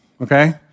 okay